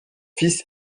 fils